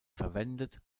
verwendet